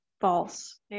False